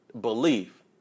belief